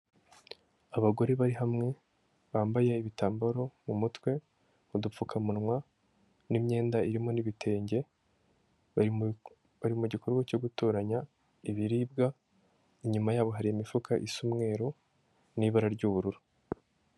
Abagore bari hamwe bambaye ibitambaro mu mutwe, udupfukamunwa n'imyenda irimo n'ibitenge, bari mu gikorwa cyo gutoranya ibiribwa, inyuma yabo hari imifuka isa umweru n'ibara ry'ubururu.